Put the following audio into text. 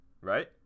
right